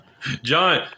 John